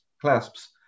clasps